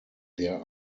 der